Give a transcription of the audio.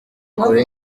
kuri